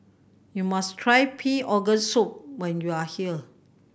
you must try pig organ soup when you are here